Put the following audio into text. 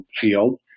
field